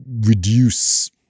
reduce